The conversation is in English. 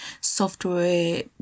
software